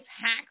hacks